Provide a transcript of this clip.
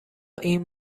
این